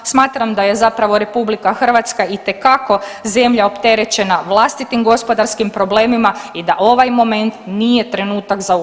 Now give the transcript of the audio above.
Smatram da je zapravo RH itekako zemlja opterećena vlastitim gospodarskim problemima i da ovaj moment nije trenutak u eurozonu.